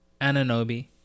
Ananobi